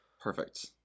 Perfect